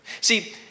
See